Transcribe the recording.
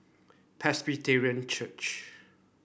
Presbyterian Church